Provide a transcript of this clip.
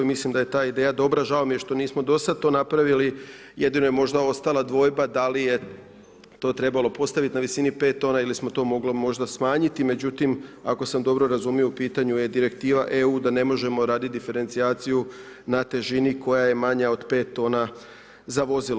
Mislim da je ta ideja dobra, žao mi je što nismo do sad to napravili, jedino je možda ostala dvojba da li je to trebalo postavit na visini 5 tona ili smo to mogli možda smanjiti, međutim ako sam dobro razumio u pitanju je direktiva EU da ne možemo radit diferencijaciju na težini koja je manja od 5 tona za vozilo.